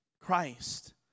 Christ